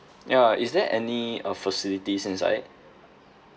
ya is there any uh facilities inside